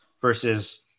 versus